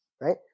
right